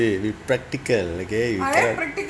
eh be practical okay you have